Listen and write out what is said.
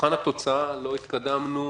במבחן התוצאה לא התקדמנו